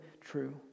true